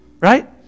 Right